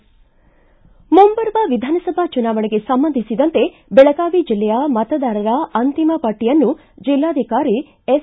ಮುಂಬರುವ ವಿಧಾನಸಭಾ ಚುನಾವಣೆಗೆ ಸಂಬಂಧಿಸಿದಂತೆ ಬೆಳಗಾವಿ ಜಿಲ್ಲೆಯ ಮತದಾರರ ಅಂತಿಮ ಪಟ್ಟಿಯನ್ನು ಜಿಲ್ಲಾಧಿಕಾರಿ ಎಸ್